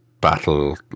Battle